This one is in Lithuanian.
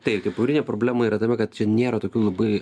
taip tai pagrindinė problema yra tame kad čia nėra tokių labai